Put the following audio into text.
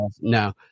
No